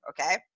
okay